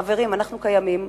חברים, אנחנו קיימים.